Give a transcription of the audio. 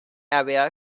area